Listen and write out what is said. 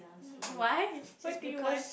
mm why what do you want